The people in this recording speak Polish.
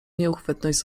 nieuchwytność